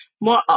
More